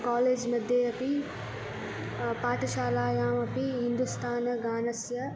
college मध्ये अपि पाठशालायामपि हिन्दूस्तानगानस्य